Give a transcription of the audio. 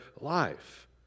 life